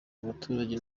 abaturage